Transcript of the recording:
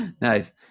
Nice